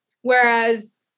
Whereas